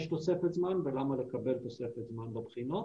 תוספת זמן ולמה לקבל תוספת זמן בבחינות